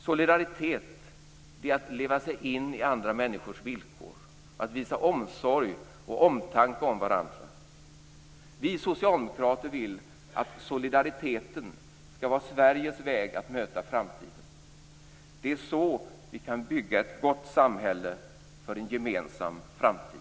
Solidaritet är att leva sig in i andra människors villkor och att visa omsorg och omtanke om varandra. Vi socialdemokrater vill att solidariteten skall vara Sveriges väg att möta framtiden. Det är så vi kan bygga ett gott samhälle för en gemensam framtid.